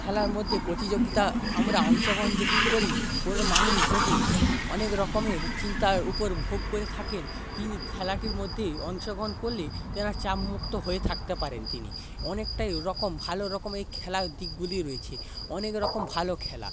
খেলার মধ্যে প্রতিযোগিতা আমরা অংশগ্রহণ যদি করি কোনো মানুষ যদি অনেক রকমের চিন্তার উপর ভোগ করে থাকেন তিনি খেলাটির মধ্যে অংশগ্রহণ করলে তেনার চাপমুক্ত হয়ে থাকতে পারেন তিনি অনেকটাই রকম ভালো রকমের খেলার দিকগুলি রয়েছে অনেক রকম ভালো খেলা